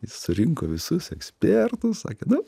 jis surinko visus ekspertus sakė na